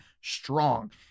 strong